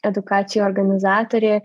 edukacijų organizatorė